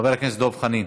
חבר הכנסת דב חנין.